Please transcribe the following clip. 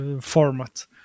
format